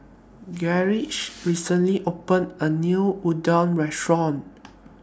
Gaige recently opened A New Unadon Restaurant